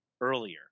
earlier